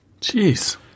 Jeez